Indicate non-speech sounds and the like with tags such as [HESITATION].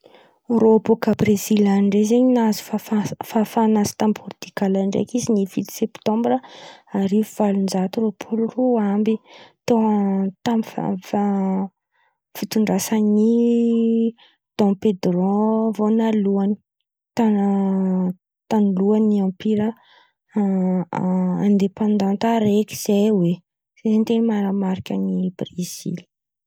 Mahakasikasy irô Birizely ndreky zen̈y raha nitranga tamin-drô tamin’ny taon̈o mba nahazoazo taon̈o hely baka zaho zen̈y [HESITATION] aro amby rôpolo sy valonjato sy arivo. Irô zen̈y farany kôlôny Pôritigezy rô zen̈y farany [HESITATION] nanjanakà tamin-drô zen̈y pôritigey abakahiô zen̈y irô nahazo fahaleovan-tena ndrô amizay avô apiray karà zen̈y.